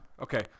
Okay